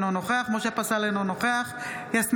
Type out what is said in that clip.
אינו נוכח משה פסל,